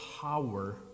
power